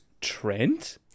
trent